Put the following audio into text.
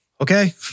Okay